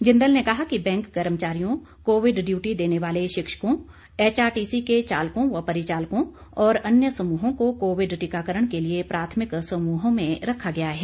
जिंदल ने कहा कि बैंक कर्मचारियों कोविड डियूटी देने वाले शिक्षकों एचआरटीसी के चालकों व परिचालकों और अन्य समूहों को कोविड टीकाकरण के लिए प्राथमिक समूहों में रखा गया है